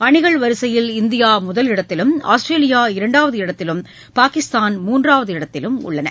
அணிகள் வரிசையில் இந்தியா முதலிடத்திலும் ஆஸ்திரேலியா இரன்டாவது இடத்திலும் பாகிஸ்தான் மூன்றாவது இடத்திலும் உள்ளன